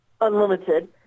unlimited